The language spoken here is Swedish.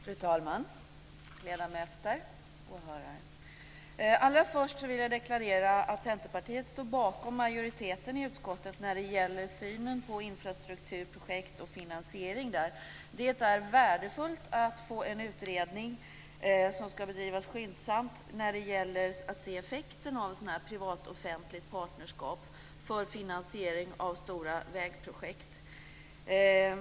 Fru talman! Ledamöter! Åhörare! Allra först vill jag deklarera att Centerpartiet står bakom majoriteten i utskottet när det gäller synen på infrastrukturprojekt och finansieringen av dem. Det är värdefullt att få en utredning, som ska bedrivas skyndsamt, för att se effekterna av ett privat-offentligt partnerskap för finansiering av stora vägprojekt.